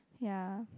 ya